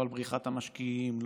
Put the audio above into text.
לא לבריחת המשקיעים,